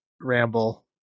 ramble